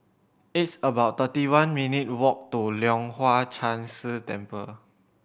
it's about thirty one minutes' walk to Leong Hwa Chan Si Temple